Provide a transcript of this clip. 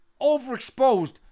overexposed